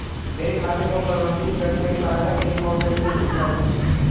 मेरे खाते को प्रबंधित करने में सहायता के लिए कौन से टूल उपलब्ध हैं?